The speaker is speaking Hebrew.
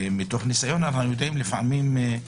ומתוך ניסיון, זה חשוב,